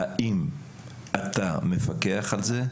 האם אתה מפקח על זה?